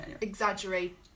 exaggerate